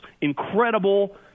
incredible